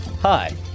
Hi